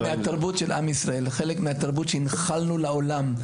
מהתרבות של עם ישראל וחלק מהתרבות שהנחלנו לעולם,